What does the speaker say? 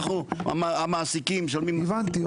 הבנתי.